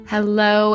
Hello